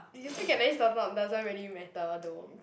did you speak Cantonese does not doesn't really matter though